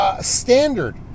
standard